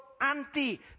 anti